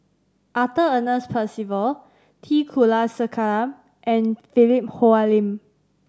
Arthur Ernest Percival T Kulasekaram and Philip Hoalim